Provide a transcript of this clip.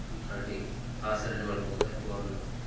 లాంటి హాస్య నటీమణులు కూడా ఎక్కువ